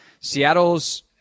Seattle's